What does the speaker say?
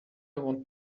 want